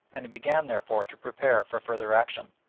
and he began therefore to prepare for further action.